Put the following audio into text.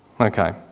Okay